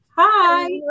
Hi